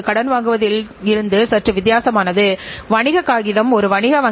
இரண்டாவது மிக முக்கியமானவர் உங்கள் முதலீட்டாளர்கள்